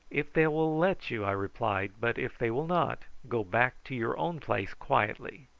if they will let you, i replied but if they will not, go back to your own place quietly.